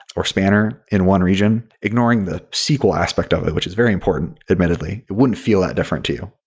or spanner in one region, ignoring the sql aspect of it, which is very important, admittedly, it wouldn't feel that different to you.